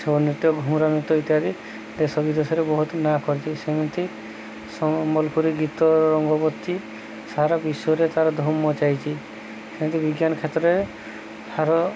ନୃତ୍ୟ ଘୁମୁରା ନୃତ୍ୟ ଇତ୍ୟାଦି ଦେଶ ବିଦେଶରେ ବହୁତ ନାଁ କରିଛି ସେମିତି ସମ୍ବଲପୁରୀ ଗୀତ ରଙ୍ଗବତୀ ସାରା ବିଶ୍ୱରେ ତାର ଧୁମ ମଚାଇଛି ସେମିତି ବିଜ୍ଞାନ କ୍ଷେତ୍ରରେ ସାର